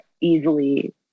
easily